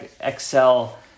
Excel